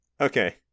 okay